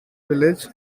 village